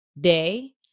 day